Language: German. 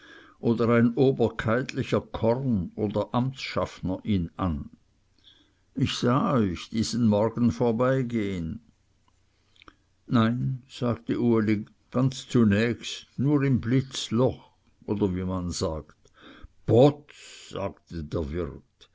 oder ein oberkeitlicher korn oder amtsschaffner ihn an ich sah euch diesen morgen vorbeigehen nein sagte uli ganz zunächst nur im blitzloch oder wie man sagt potz sagte der wirt